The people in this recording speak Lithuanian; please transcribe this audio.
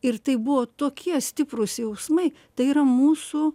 ir tai buvo tokie stiprūs jausmai tai yra mūsų